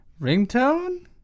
Ringtone